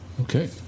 okay